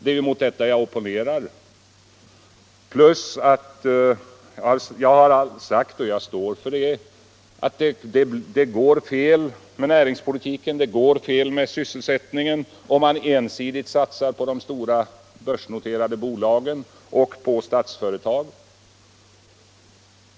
Det är mot ett sådant resonemang jag opponerar mig. Jag har sagt, och det står jag för, att det går fel med näringspolitiken, det går fel med sysselsättningen, om man ensidigt satsar på de stora börsnoterade bolagen och på statsföretag.